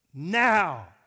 Now